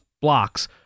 blocks